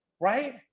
right